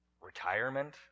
Retirement